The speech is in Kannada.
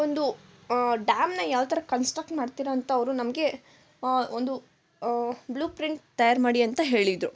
ಒಂದು ಡ್ಯಾಮ್ನ ಯಾವ ಥರ ಕನ್ಸ್ಟ್ರಕ್ಟ್ ಮಾಡ್ತೀರಿ ಅಂತ ಅವರು ನಮಗೆ ಒಂದು ಬ್ಲೂ ಪ್ರಿಂಟ್ ತಯಾರು ಮಾಡಿ ಅಂತ ಹೇಳಿದ್ರು